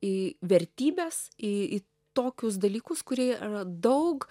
į vertybes į į tokius dalykus kurie yra daug